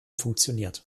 funktioniert